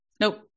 Nope